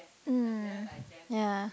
mm ya